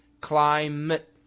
Climate